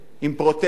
עם פרוטזה,